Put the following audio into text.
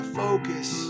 focus